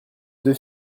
deux